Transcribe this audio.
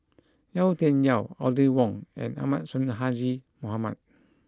Yau Tian Yau Audrey Wong and Ahmad Sonhadji Mohamad